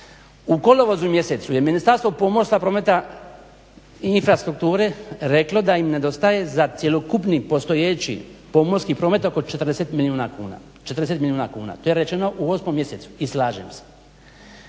U kolovozu mjesecu je Ministarstvo pomorstva, prometa i infrastrukture reklo da im nedostaje za cjelokupni postojeći pomorski promet oko 40 milijuna kuna terećeno u 8 mjesecu i slažem se.